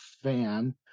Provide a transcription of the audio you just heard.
fan